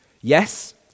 Yes